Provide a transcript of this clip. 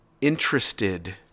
interested